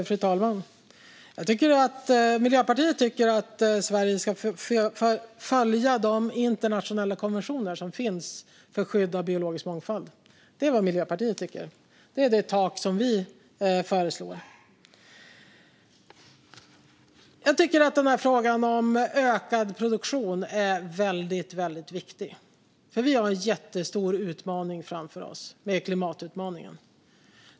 Fru talman! Miljöpartiet tycker att Sverige ska följa de internationella konventioner som finns för skydd av biologisk mångfald. Det är vad Miljöpartiet tycker. Det är det tak som vi föreslår. Jag tycker att frågan om ökad produktion är väldigt viktig, för vi har en jättestor utmaning framför oss i klimatutmaningen.